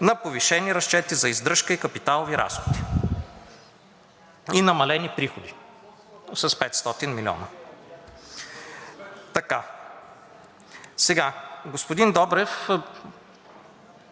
на повишени разчети за издръжка и капиталови разходи и намалени приходи с 500 милиона. Сега, господин Добрев,